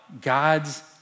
God's